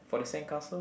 for the sandcastle